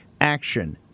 Action